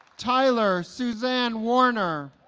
tyler suzanne warner